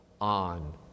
on